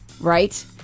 right